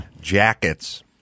jackets